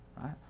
right